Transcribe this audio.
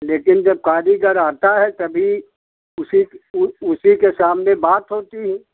लेकिन जब कारीगर आता है तभी उसी उसी के सामने बात होती है